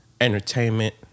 Entertainment